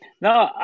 No